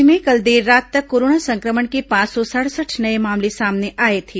राज्य में कल देर रात तक कोरोना संक्रमण के पांच सौ सड़सठ नये मामले सामने आए थे